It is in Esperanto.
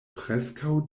preskaŭ